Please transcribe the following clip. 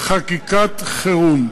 חקיקת חירום.